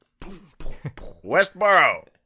Westboro